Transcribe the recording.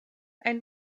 ein